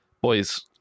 Boys